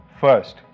First